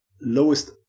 lowest